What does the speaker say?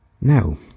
Now